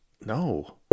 No